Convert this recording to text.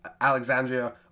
Alexandria